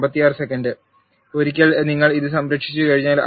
ഒരിക്കൽ നിങ്ങൾ ഇത് സംരക്ഷിച്ചുകഴിഞ്ഞാൽ